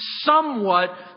somewhat